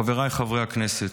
חבריי חברי הכנסת,